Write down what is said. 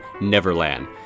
Neverland